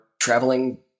traveling